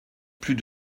plus